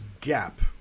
gap